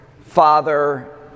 father